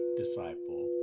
disciple